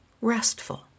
restful